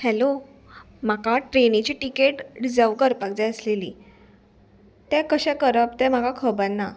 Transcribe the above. hello म्हाका ट्रेनीची ticket reserve करपाक जाय आसलेली ते कशें करप तें म्हाका खबर ना